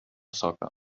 soca